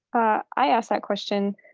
i asked that question.